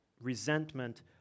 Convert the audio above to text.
resentment